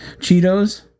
Cheetos